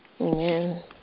Amen